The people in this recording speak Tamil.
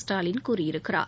ஸ்டாலின் கூறியிருக்கிறார்